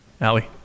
Allie